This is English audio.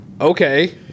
Okay